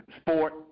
sport